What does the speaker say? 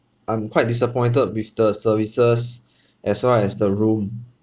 I'm quite disappointed with the services as well as the room